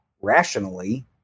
rationally